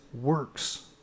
works